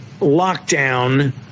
lockdown